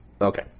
Okay